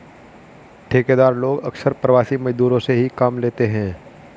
ठेकेदार लोग अक्सर प्रवासी मजदूरों से ही काम लेते हैं